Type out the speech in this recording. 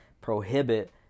prohibit